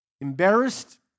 embarrassed